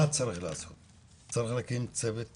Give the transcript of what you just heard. מה צריך לעשות: צריך להקים צוות טיפולי.